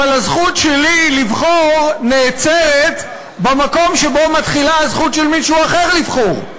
אבל הזכות שלי לבחור נעצרת במקום שבו מתחילה הזכות של מישהו אחר לבחור.